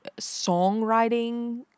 songwriting